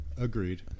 agreed